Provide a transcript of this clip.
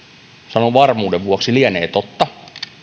sanon varmuuden vuoksi lienee totta